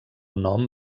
nom